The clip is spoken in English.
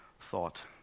thought